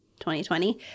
2020